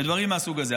ודברים מהסוג הזה.